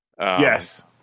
Yes